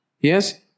Yes